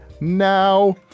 now